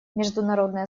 международное